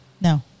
No